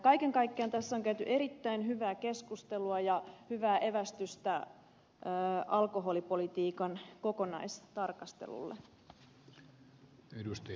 kaiken kaikkiaan tässä on käyty erittäin hyvää keskustelua ja saatu hyvää evästystä alkoholipolitiikan kokonaistarkastelulle